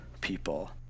people